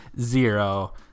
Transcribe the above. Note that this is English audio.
zero